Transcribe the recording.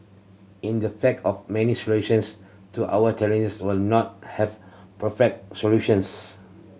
in the fact of many solutions to our challenges will not have perfect solutions